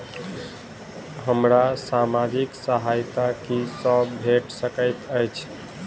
हमरा सामाजिक सहायता की सब भेट सकैत अछि?